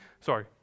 Sorry